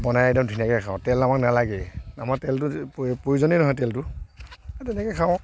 বনাই একদম ধুনীয়াকৈ খাওঁ তেল আমাক নালাগেই আমাৰ তেলটোতো প্ৰয়ো প্ৰয়োজনে নহয় তেলটো আৰু তেনেকেই খাওঁ